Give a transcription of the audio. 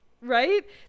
right